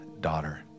daughter